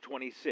26